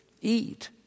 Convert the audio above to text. eat